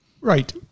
right